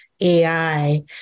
AI